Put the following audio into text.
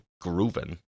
grooving